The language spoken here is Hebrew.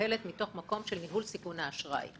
ומנוהלת מתוך מקום של ניהול סיכוני אשראי.